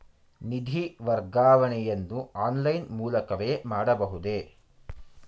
ನಿಧಿ ವರ್ಗಾವಣೆಯನ್ನು ಆನ್ಲೈನ್ ಮೂಲಕವೇ ಮಾಡಬಹುದೇ?